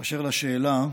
אשר לשאלה,